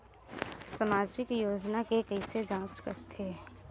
सामाजिक योजना के कइसे जांच करथे?